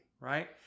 right